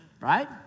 right